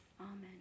Amen